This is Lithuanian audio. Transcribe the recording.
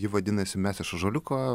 ji vadinasi mes iš ąžuoliuko